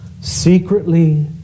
Secretly